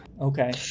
okay